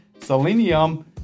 selenium